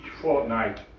fortnight